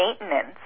maintenance